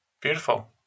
Beautiful